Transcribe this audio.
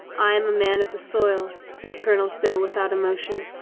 i am a man of the soil, said colonel stow with out emotion.